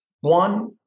One